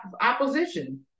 opposition